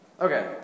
Okay